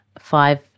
five